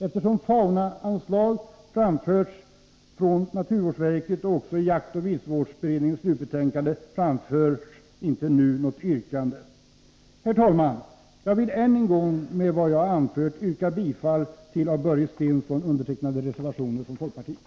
Eftersom begäran om faunaanslag förts fram från naturvårdsverket och också i jaktoch viltvårdsberedningens slutbetänkande, framförs nu inte något yrkande. Herr talman! Jag vill än en gång med vad jag anfört yrka bifall till av Börje Stensson undertecknade reservationer från folkpartiet.